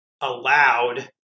allowed